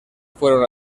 fueron